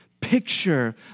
picture